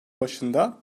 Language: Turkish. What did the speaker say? başında